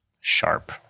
sharp